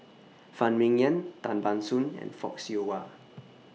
Phan Ming Yen Tan Ban Soon and Fock Siew Wah